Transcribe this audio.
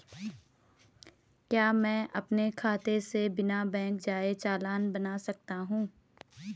क्या मैं अपने खाते से बिना बैंक जाए चालान बना सकता हूँ?